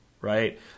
right